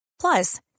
Plus